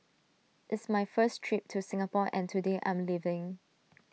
it's my first trip to Singapore and today I'm leaving